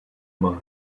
mind